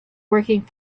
working